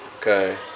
Okay